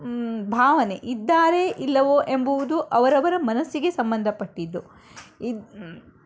ಭಾವನೆ ಇದ್ದಾರೆ ಇಲ್ಲವೋ ಎಂಬುವುದು ಅವರವರ ಮನಸ್ಸಿಗೆ ಸಂಬಂಧಪಟ್ಟಿದ್ದು ಇದು